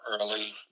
early